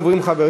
בעד, 32,